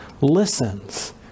listens